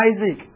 Isaac